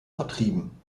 vertrieben